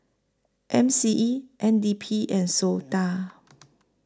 M C E N D P and Sota